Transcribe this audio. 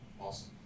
awesome